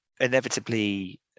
inevitably